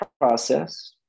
process